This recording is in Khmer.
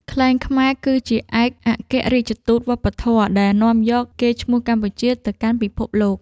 ខ្លែងខ្មែរគឺជាឯកអគ្គរាជទូតវប្បធម៌ដែលនាំយកកេរ្តិ៍ឈ្មោះកម្ពុជាទៅកាន់ពិភពលោក។